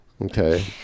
okay